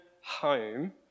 home